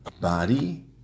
body